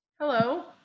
Hello